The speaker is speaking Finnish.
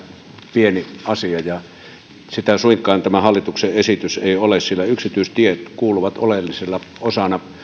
pieni asia sitä suinkaan tämä hallituksen esitys ei ole sillä yksityistiet kuuluvat oleellisena osana